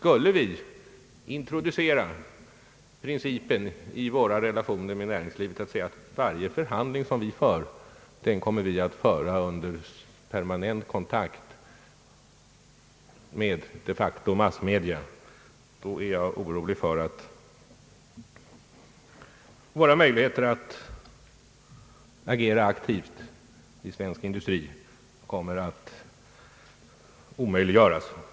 Skulle vi introducera den principen i våra relationer till näringslivet att vi driver alla förhandlingar under permanent kontakt med — de facto — massmedia så är jag orolig för att våra möjligheter att agera aktivt i svensk industri skulle försvinna.